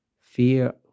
Fear